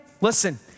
Listen